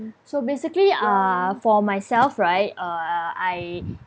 so basically uh for myself right uh I